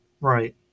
right